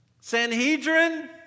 Sanhedrin